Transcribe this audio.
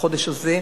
בחודש הזה.